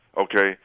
okay